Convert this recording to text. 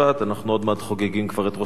אנחנו עוד מעט חוגגים כבר את ראש השנה,